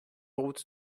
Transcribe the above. route